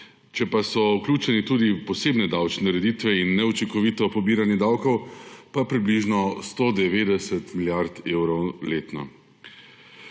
Če so vključeni tudi posebne davčne ureditve in neučinkovito pobiranje davkov, pa približno 190 milijard evrov letno.